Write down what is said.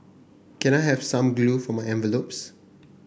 can I have some glue for my envelopes